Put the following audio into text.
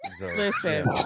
Listen